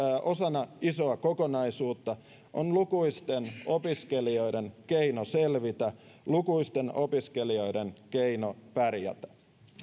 osana isoa kokonaisuutta on lukuisten opiskelijoiden keino selvitä lukuisten opiskelijoiden keino pärjätä